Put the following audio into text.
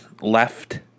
left